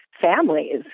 families